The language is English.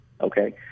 Okay